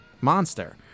monster